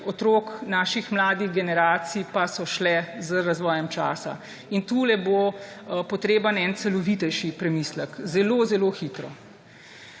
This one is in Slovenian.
otrok, naših mladih generacij pa so šle z razvojem časa. In tu bo potreben en celovitejši premislek zelo zelo hitro,